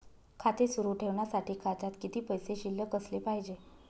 खाते सुरु ठेवण्यासाठी खात्यात किती पैसे शिल्लक असले पाहिजे?